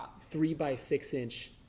three-by-six-inch